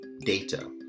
data